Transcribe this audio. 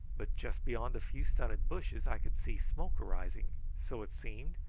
but just beyond a few stunted bushes i could see smoke arising, so it seemed,